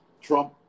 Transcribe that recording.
Trump